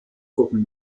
gruppen